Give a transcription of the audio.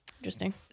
Interesting